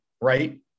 right